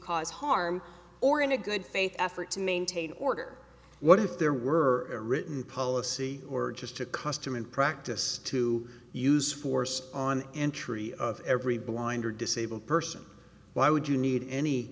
cause harm or in a good faith effort to maintain order what if there were a written policy or just a custom in practice to use force on entry of every blind or disabled person why would you need any